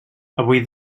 avui